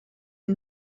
est